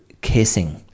kissing